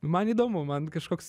man įdomu man kažkoks